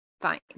Fine